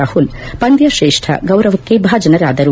ರಾಹುಲ್ ಪಂದ್ಯ ಶ್ರೇಷ್ಠ ಗೌರವಕ್ಕೆ ಭಾಜನರಾದರು